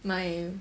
my